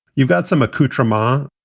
you've got some acute trauma.